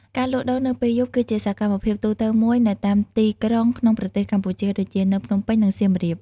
ការលក់ដូរនៅពេលយប់គឺជាសកម្មភាពទូទៅមួយនៅតាមទីក្រុងក្នុងប្រទេសកម្ពុជា ដូចជា នៅភ្នំពេញ និងសៀមរាប។